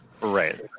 Right